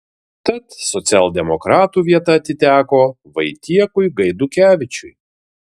tad socialdemokratų vieta atiteko vaitiekui gaidukevičiui